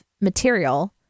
material